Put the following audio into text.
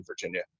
Virginia